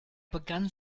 begann